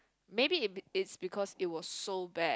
maybe it be~ it's because it was so bad